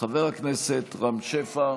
חבר הכנסת רם שפע.